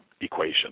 equation